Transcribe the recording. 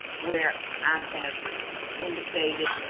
where i have indicated